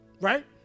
Right